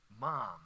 mom